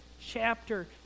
chapter